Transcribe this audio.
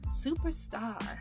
Superstar